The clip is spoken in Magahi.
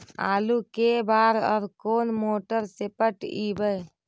आलू के बार और कोन मोटर से पटइबै?